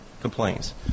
complaints